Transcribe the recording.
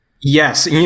Yes